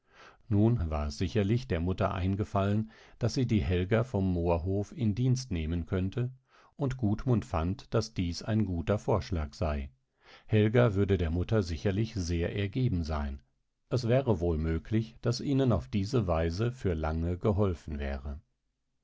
nun war es sicherlich der mutter eingefallen daß sie die helga vom moorhof in dienst nehmen könnte und gudmund fand daß dies ein guter vorschlag sei helga würde der mutter sicherlich sehr ergeben sein es wäre wohl möglich daß ihnen auf diese weise für lange geholfen wäre